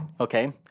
okay